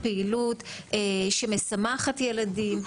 פעילות שמשמחת ילדים.